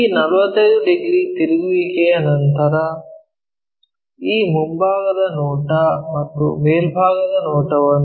ಈ 45 ಡಿಗ್ರಿ ತಿರುಗುವಿಕೆಯ ನಂತರ ಈ ಮುಂಭಾಗದ ನೋಟ ಮತ್ತು ಮೇಲ್ಭಾಗದ ನೋಟವನ್ನು ನಿರ್ಮಿಸಿದ್ದೇವೆ